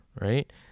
Right